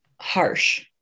harsh